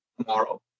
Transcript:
tomorrow